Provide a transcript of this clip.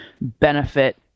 benefit